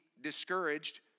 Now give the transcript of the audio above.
discouraged